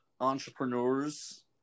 entrepreneurs